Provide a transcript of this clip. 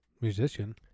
musician